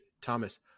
Thomas